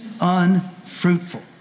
unfruitful